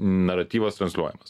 naratyvas transliuojamas